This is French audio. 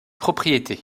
propriété